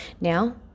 now